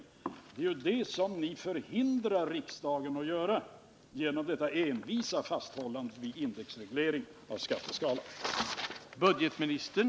Men det är ju det som ni hindrar riksdagen att göra genom detta envisa fasthållande vid indexregleringen av skatteskalan.